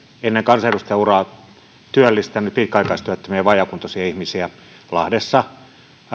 ennen kansanedustajauraa työllistänyt pitkäaikaistyöttömiä ja vajaakuntoisia ihmisiä lahdessa